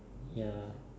ya